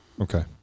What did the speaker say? Okay